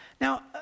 Now